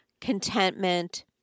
contentment